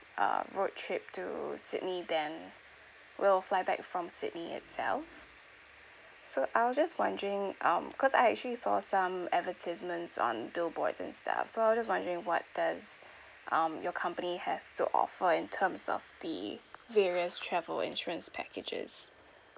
a road trip to sydney then we'll fly back from sydney itself so I was just wondering um cause I actually saw some advertisements on billboards and stuff so I was just wondering what does um your company has to offer in terms of the various travel insurance packages